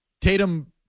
Tatum